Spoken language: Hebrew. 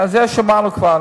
על זה שמענו כבר,